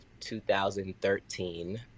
2013